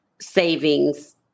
savings